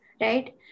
Right